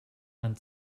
man